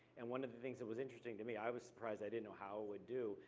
and one of the things that was interesting to me, i was surprised, i didn't know how it would do,